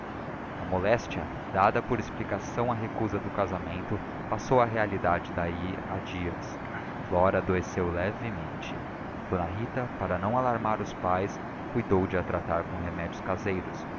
a moléstia dada por explicação à recusa do casamento passou a realidade daí a dias flora adoeceu levemente d rita para não alarmar os pais cuidou de a tratar com remédios caseiros